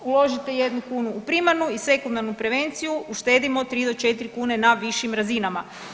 Uložite jednu kunu u primarnu i sekundarnu prevenciju uštedimo tri do četiri kune na višim razinama.